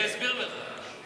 אני אסביר לך.